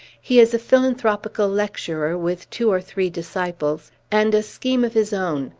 he is a philanthropical lecturer, with two or three disciples, and a scheme of his own,